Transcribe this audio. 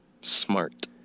Smart